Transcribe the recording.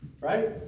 right